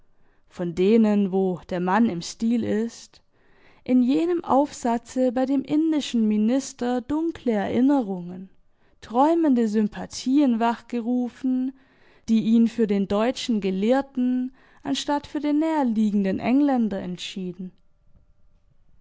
von denen wo der mann im stil ist in jenem aufsatze bei dem indischen minister dunkle erinnerungen träumende sympathien wachgerufen die ihn für den deutschen gelehrten anstatt für den näher liegenden engländer entschieden